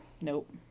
nope